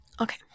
Okay